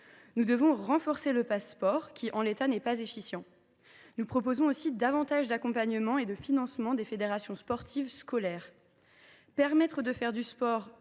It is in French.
Il faut renforcer le Pass’Sport, qui, en l’état, n’est pas efficient. Nous proposons aussi davantage d’accompagnement et de financement des fédérations sportives scolaires. Permettre de faire du sport